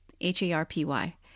H-A-R-P-Y